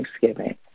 thanksgiving